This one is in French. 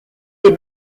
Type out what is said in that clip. des